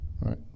Right